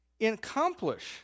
accomplish